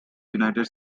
united